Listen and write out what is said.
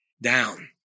down